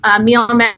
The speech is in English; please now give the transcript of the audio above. Meal